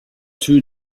two